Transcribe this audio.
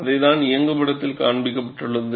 அதைத்தான் இயங்குபடத்தில் காண்பிக்கப்பட்டுள்ளது